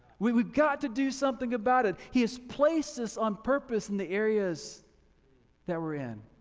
we've got to do something about it. he has placed us on purpose in the areas that we're in.